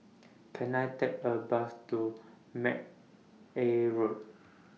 Can I Take A Bus to Mcnair Road